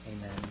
Amen